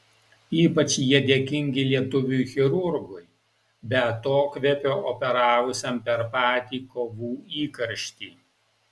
ypač jie dėkingi lietuviui chirurgui be atokvėpio operavusiam per patį kovų įkarštį